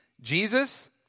Jesus